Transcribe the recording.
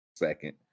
second